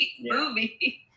movie